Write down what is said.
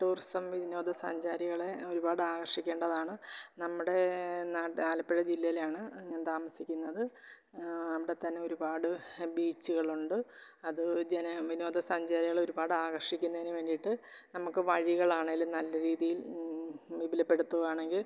tourism വിനോദസഞ്ചാരികളെ ഒരുപാട് ആകര്ഷിക്കേണ്ടതാണ് നമ്മുടെ നാട് ആലപ്പുഴ ജില്ലയിലാണ് ഞാന് താമസിക്കുന്നത് അവിടെത്തന്നെ ഒരുപാട് ബീച്ച്കളുണ്ട് അത് ജന വിനോദസഞ്ചാരികളെ ഒരുപാട് ആകര്ഷിക്കുന്നതിന് വേണ്ടിയിട്ട് നമുക്ക് വഴികൾ ആണെങ്കിലും നല്ല രീതിയില് വിപുലപ്പെടുത്തുകയാണെങ്കിൽ